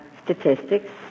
Statistics